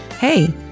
Hey